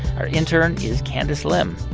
our intern is candice lim.